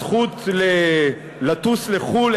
הזכות לטוס לחו"ל,